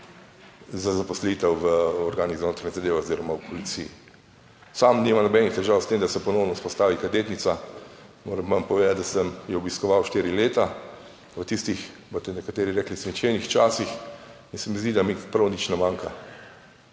za zaposlitev v organih za notranje zadeve oziroma v policiji. Sam nimam nobenih težav s tem, da se ponovno vzpostavi kadetnica. Moram vam povedati, da sem jo obiskoval štiri leta, v tistih, boste nekateri rekli, svinčenih časih in se mi zdi, da mi prav nič ne manjka.